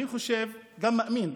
אני חושב וגם מאמין,